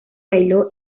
bailó